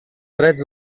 drets